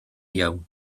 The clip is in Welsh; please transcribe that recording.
iawn